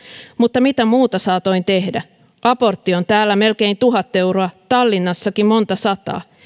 mutta mitä muuta saatoin tehdä abortti on täällä melkein tuhat euroa tallinnassakin monta sataa